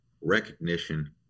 recognition